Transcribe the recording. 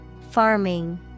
Farming